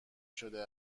شده